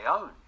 own